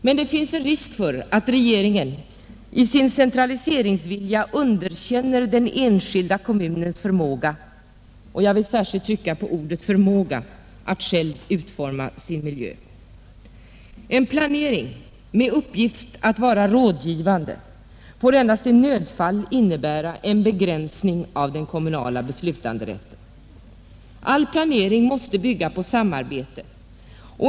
Men det finns en risk för att regeringen i sin centraliseringsvilja underkänner den enskilda kommunens förmåga — jag vill särskilt trycka på ordet förmåga — att själv utforma sin miljö. En planering med uppgift att vara rådgivande får endast i nödfall innebära en begränsning av den kommunala beslutanderätten. All planering måste bygga på samarbete.